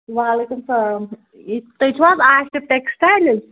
وعلیکُم السلام یہِ تُہۍ چھُو حظ آصِف ٹٮ۪کٕسٹایلٕز